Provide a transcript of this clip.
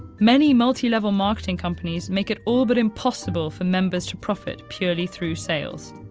many multi-level marketing companies make it all but impossible for members to profit purely through sales.